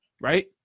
right